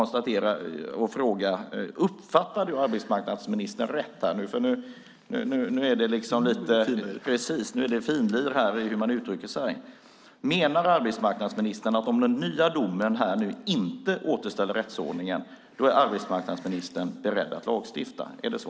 Uppfattade jag arbetsmarknadsministern rätt - nu är det finlir i hur man uttrycker sig - menade arbetsmarknadsministern att om den nya domen inte återställer rättsordningen är arbetsmarknadsministern beredd att lagstifta? Är det så?